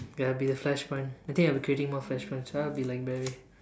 got to be the flash point I think I'll be creating more flash points I'll be like Barry